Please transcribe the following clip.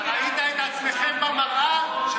אתה ראית את עצמכם במראה אצל גיא זהר?